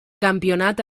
campionat